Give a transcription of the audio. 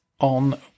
on